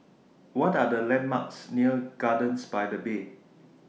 What Are The landmarks near Gardens By The Bay